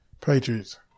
Patriots